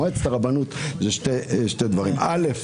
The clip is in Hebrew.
מועצת הרבנות זה שני דברים: דבר אחד,